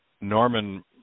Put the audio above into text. Norman